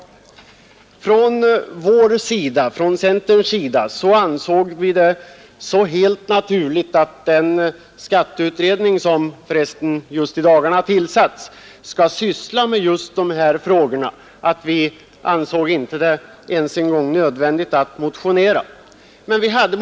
Från centerns sida har vi ansett det så naturligt att skatteutredningen — som för övrigt har tillsatts just i dagarna — skall syssla med dessa frågor att vi inte ens har ansett det nödvändigt att motionera om den saken.